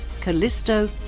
Callisto